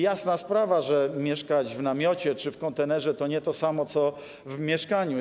Jasna sprawa, mieszkać w namiocie czy w kontenerze to nie to samo co w mieszkaniu.